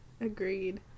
agreed